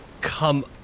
come